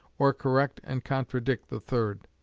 or correct and contradict the third.